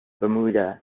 bermuda